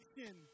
Action